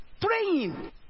praying